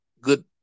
good